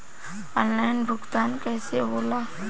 Online भुगतान कईसे होला?